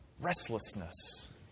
restlessness